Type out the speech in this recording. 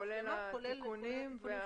כולל התיקונים.